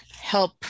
help